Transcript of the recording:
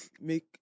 Make